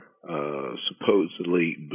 supposedly